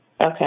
Okay